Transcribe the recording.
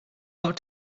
lot